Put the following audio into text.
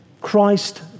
Christ